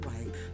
right